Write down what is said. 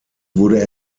wurde